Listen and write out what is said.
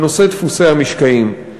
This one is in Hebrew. בנושא דפוסי המשקעים.